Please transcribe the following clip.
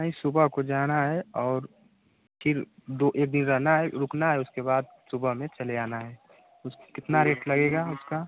नहीं सुबह को जाना है और फ़िर दो एक दिन रहेना है रुकना है उसके बाद सुबह में चले आना है उसके कितना रेट लगेगा उसका